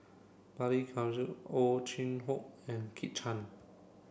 Balli Kaur Ow Chin Hock and Kit Chan